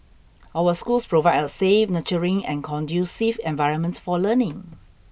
our schools provide a safe nurturing and conducive environment for learning